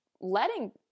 letting